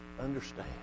understand